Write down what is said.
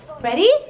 Ready